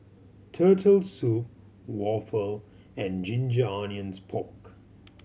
Turtle Soup waffle and ginger onions pork